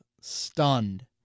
stunned